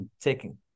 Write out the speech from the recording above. taking